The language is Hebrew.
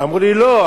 אמרו לי: לא,